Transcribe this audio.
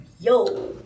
Yo